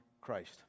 Christ